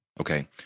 okay